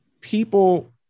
people